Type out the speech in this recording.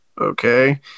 okay